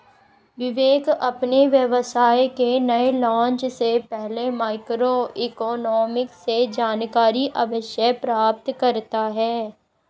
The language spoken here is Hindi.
विवेक अपने व्यवसाय के नए लॉन्च से पहले माइक्रो इकोनॉमिक्स से जानकारी अवश्य प्राप्त करता है